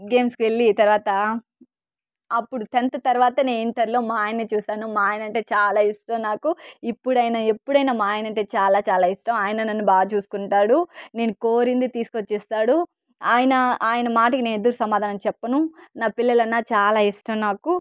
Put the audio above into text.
గేమ్స్కి వెళ్ళి తర్వాత అప్పుడు టెన్త్ తర్వాతనే ఇంటర్లో మా ఆయన్నీ చూశాను మా ఆయనంటే చాలా ఇష్టం నాకు ఇప్పుడైనా ఎప్పుడైనా మా ఆయనంటే చాలా చాలా ఇష్టం ఆయన నన్ను బా చూస్కుంటాడు నేను కోరింది తీసుకొచ్చి ఇస్తాడు ఆయన ఆయన మాటకు నేను ఎదురు సమాధానం చెప్పను నా పిల్లలన్నా చాలా ఇష్టం నాకు